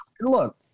look